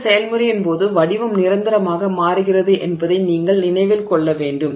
இந்த செயல்முறையின் போது வடிவம் நிரந்தரமாக மாறுகிறது என்பதை நீங்கள் நினைவில் கொள்ள வேண்டும்